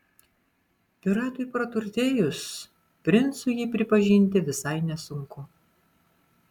piratui praturtėjus princu jį pripažinti visai nesunku